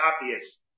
obvious